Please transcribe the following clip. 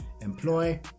employ